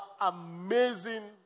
amazing